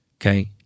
okay